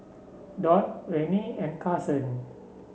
Don Rennie and Carson